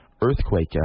earthquake